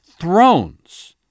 thrones